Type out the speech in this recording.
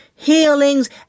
healings